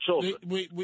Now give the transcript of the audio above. children